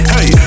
Hey